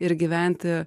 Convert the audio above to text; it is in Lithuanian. ir gyventi